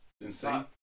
Insane